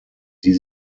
die